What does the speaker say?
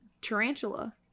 Tarantula